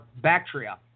Bactria